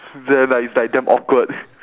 then like it's like damn awkward